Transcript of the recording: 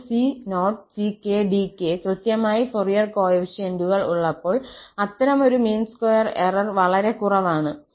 നമുക്ക് c0ckdk കൃത്യമായി Fourier കോഫിഫിഷ്യന്റുകൾ ഉള്ളപ്പോൾ അത്തരമൊരു മീൻ സ്ക്വയർ എറർ വളരെ കുറവാണ്